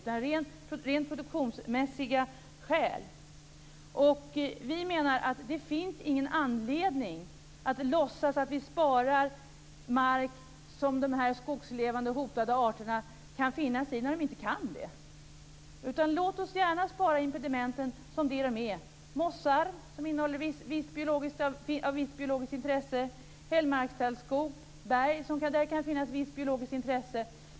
I stället är det fråga om rent produktionsmässiga skäl. Vi menar att det inte finns någon anledning att låtsas att vi sparar mark där de skogslevande hotade arterna kan finnas när de inte kan det. Låt oss gärna spara impedimenten som det de är: mossar av visst biologiskt intresse, hällmarkstallskog och berg som kan vara av visst biologiskt intresse.